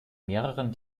mehreren